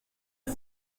ati